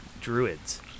druids